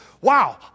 wow